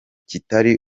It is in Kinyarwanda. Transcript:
kitari